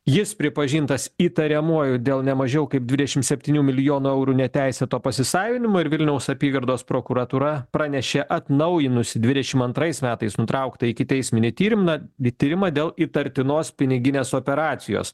jis pripažintas įtariamuoju dėl ne mažiau kaip dvidešim septynių milijonų eurų neteisėto pasisavinimo ir vilniaus apygardos prokuratūra pranešė atnaujinusi dvidešimt antrais metais nutrauktą ikiteisminį tyrimną tyrimą dėl įtartinos piniginės operacijos